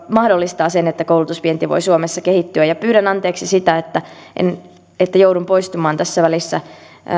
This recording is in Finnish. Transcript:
mahdollistaa sen että koulutusvienti voi suomessa kehittyä pyydän anteeksi sitä että joudun poistumaan tässä välissä